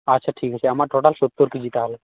ᱟᱪᱪᱷᱟ ᱴᱷᱤᱠ ᱟᱪᱷᱮ ᱟᱢᱟᱜ ᱴᱳᱴᱟᱞ ᱥᱳᱛᱛᱚᱨ ᱠᱤᱜᱤ ᱛᱟᱦᱚᱞᱮ